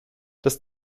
das